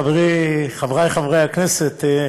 חברי חברי הכנסת,